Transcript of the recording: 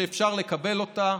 שאפשר לקבל אותה: